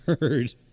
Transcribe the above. heard